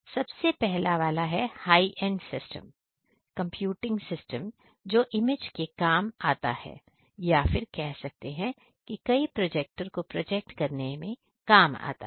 सबसे पहला वाला है हाई एंड सिस्टमजो इमेज के काम आता है या फिर कह सकते हैं कि कई प्रोजेक्टर को प्रोजेक्ट करने में काम आता है